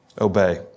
Obey